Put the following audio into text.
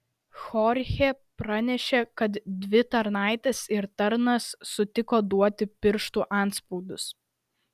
chorchė pranešė kad dvi tarnaitės ir tarnas sutiko duoti pirštų atspaudus